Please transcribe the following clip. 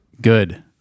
Good